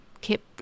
kept